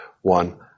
one